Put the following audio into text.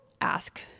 ask